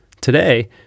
Today